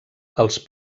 els